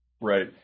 Right